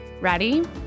Ready